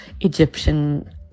Egyptian